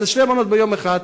אז זה שתי מנות ביום אחד.